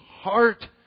heart